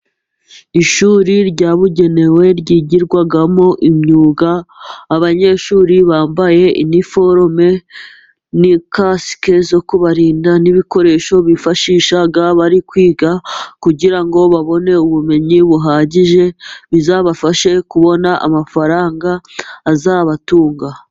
Ishuri ryabugenewe ryigirwamo imyuga, abanyeshuri bambaye impuzankano, n'ikasike zo kubarinda, n'ibikoresho bifashisha bari kwiga, kugira ngo babone ubumenyi buhagije, bizabafashe kubona amafaranga azabatunga.